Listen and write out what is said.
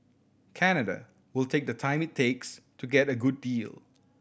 Canada will take the time it takes to get a good deal